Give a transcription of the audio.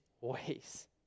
ways